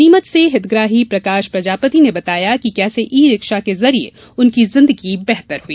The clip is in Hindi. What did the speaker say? नीमच से हितग्राही प्रकाश प्रजापति ने बताया कि कैसे ई रिक्शा के जरिए ननकी जिंदगी बेहतर हुई